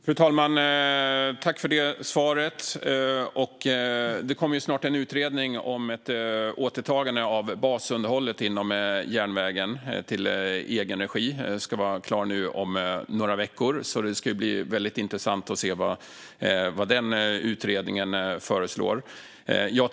Fru talman! Snart kommer en utredning om ett återtagande av basunderhållet av järnvägen så att det blir i egen regi. Utredningen ska vara klar om några veckor, och det ska bli väldigt intressant att se vad den föreslår.